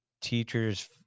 teachers